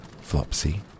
Flopsy